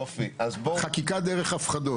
חקיקה דרך הפחדות.